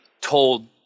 told